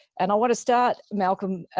and i want to start, malcolm,